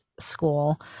school